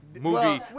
movie